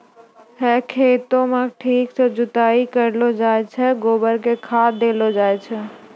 है खेतों म ठीक सॅ जुताई करलो जाय छै, गोबर कॅ खाद देलो जाय छै